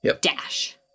dash